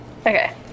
Okay